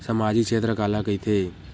सामजिक क्षेत्र काला कइथे?